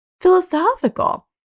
philosophical